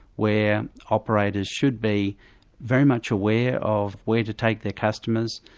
where operators should be very much aware of where to take their customers,